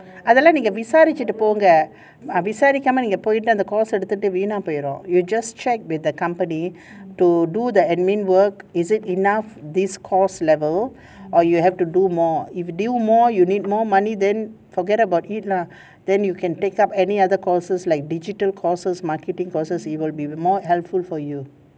அதெல்லாம்:athellam visa விசாரிச்சுட்டு போங்க:visaruchutu ponga visa போயிடு அந்த:poidu antha course எடுத்துட்டு வீனா போய்டும்:eduthutu veena poidum you just check with the company to do the admin work is it enough this course level or you have to do more if do more you need more money then forget about it lah then you can take up any other courses like digital courses marketing courses even more helpful for you